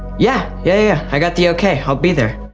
yeah, yeah, i got the okay. i'll be there.